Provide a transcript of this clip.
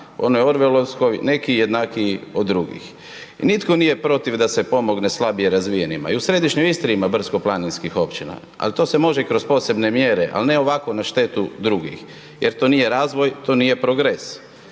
onoj orwellovskoj, neki jednakiji od drugih. Nitko nije protiv da se pomogne slabije razvijenima, i u središnjoj Istri ima brdsko-planinskih općina ali to se može i kroz posebne mjere ali ne ovako na štetu drugih jer to nije razvoj, to nije progres,